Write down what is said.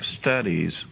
studies